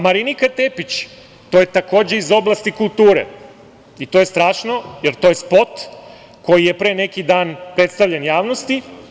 Marinika Tepić, to je takođe iz oblasti kulture i to je strašno jer to je spot koji je pre neki dan predstavljen javnosti.